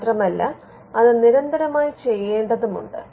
മാത്രമല്ല അത് നിരന്തരമായി ചെയ്യണ്ടതുമുണ്ട്